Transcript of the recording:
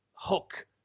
hook